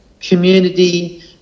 community